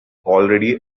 already